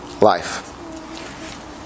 life